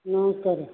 ନମସ୍କାର